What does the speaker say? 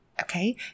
Okay